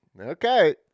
Okay